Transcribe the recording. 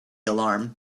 alarm